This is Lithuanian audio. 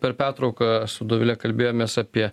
per pertrauką su dovile kalbėjomės apie